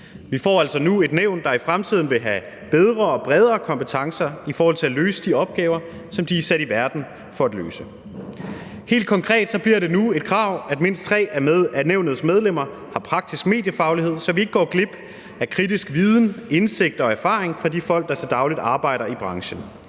Vi får altså nu et nævn, der i fremtiden vil have bedre og bredere kompetencer til at løse de opgaver, som de er sat i verden for at løse. Helt konkret bliver det nu et krav, at mindst 3 af nævnets medlemmer har praktisk mediefaglighed, så vi ikke går glip af kritisk viden, indsigt og erfaring fra de folk, der til daglig arbejder i branchen.